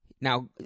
now